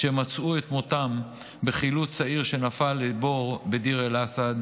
שמצאו את מותם בחילוץ צעיר שנפל לבור בדיר אל-אסד,